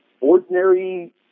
Ordinary